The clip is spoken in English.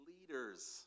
leaders